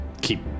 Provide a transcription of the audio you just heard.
keep